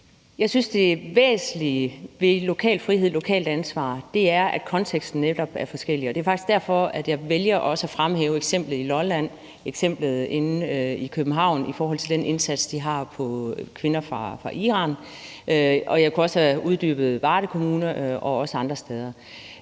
Jeg synes, det væsentlige ved lokal frihed og lokalt ansvar er, at konteksten netop er forskellig, og det er faktisk derfor, at jeg vælger at fremhæve eksemplet fra Lolland og eksemplet fra København om den indsats, de gør med kvinder fra Iran. Jeg kunne også have nævnt Varde Kommune og andre steder.